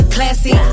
Classy